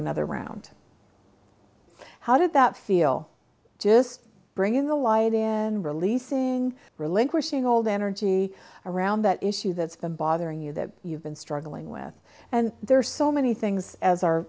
another round how did that feel just bringing the light in releasing relinquishing all the energy around that issue that's been bothering you that you've been struggling with and there are so many things as our